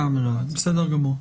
בסדר גמור.